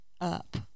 up